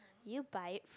you buy it